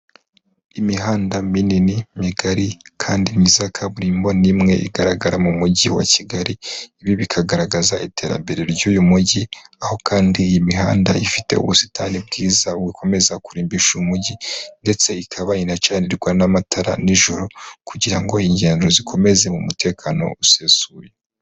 Imihanda minini, migari kandi myiza ya kaburimbo, ni imwe igaragara mu mujyi wa Kigali, ibi bikagaragaza iterambere ry'uyu mujyi, aho kandi iyi mihanda ifite ubusitani bwiza bukomeza kurimbisha umujyi ndetse ikaba inacanirwa n'amatara nijoro kugira ngo ingendo zikomeze mu mutekano usesuye.